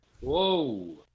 Whoa